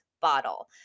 bottle